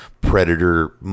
Predator